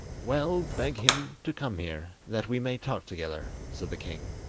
well, beg him to come here, that we may talk together said the king.